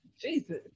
Jesus